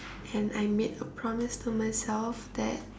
and I made a promise to myself that